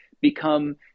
become